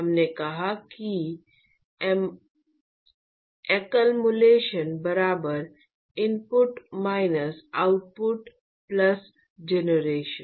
हमने कहा कि अक्मुलेशन बराबर input minus output plus generation